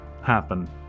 happen